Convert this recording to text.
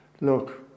look